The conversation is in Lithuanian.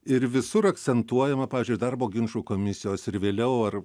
ir visur akcentuojama pavyzdžiui darbo ginčų komisijos ir vėliau ar